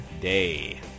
Day